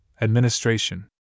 Administration